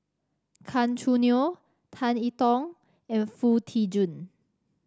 Gan Choo Neo Tan I Tong and Foo Tee Jun